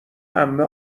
عمه